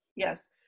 Yes